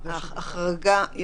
בוועדה.